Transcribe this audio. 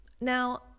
now